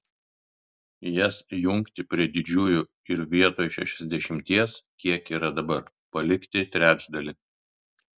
jas jungti prie didžiųjų ir vietoj šešiasdešimties kiek yra dabar palikti trečdalį